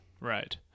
Right